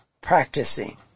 practicing